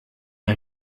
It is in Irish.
aon